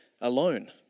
alone